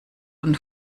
und